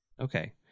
Okay